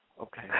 Okay